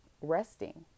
resting